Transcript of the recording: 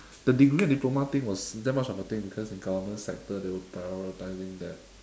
the degree and diploma thing was that much of a thing because in government sector they were prioritizing that